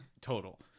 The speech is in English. total